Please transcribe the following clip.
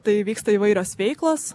tai vyksta įvairios veiklos